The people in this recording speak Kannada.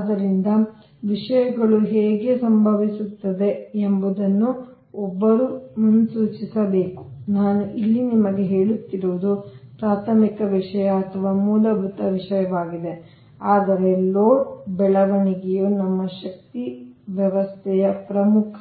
ಆದ್ದರಿಂದ ವಿಷಯಗಳು ಹೇಗೆ ಸಂಭವಿಸುತ್ತವೆ ಎಂಬುದನ್ನು ಒಬ್ಬರು ಮುನ್ಸೂಚಿಸಬೇಕು ನಾನು ಇಲ್ಲಿ ನಿಮಗೆ ಹೇಳುತ್ತಿರುವುದು ಪ್ರಾಥಮಿಕ ವಿಷಯ ಅಥವಾ ಮೂಲಭೂತ ವಿಷಯವಾಗಿದೆ ಆದರೆ ಲೋಡ್ ಬೆಳವಣಿಗೆಯು ನಮ್ಮ ಶಕ್ತಿ ವ್ಯವಸ್ಥೆಯ ಪ್ರಮುಖ